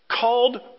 called